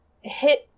hit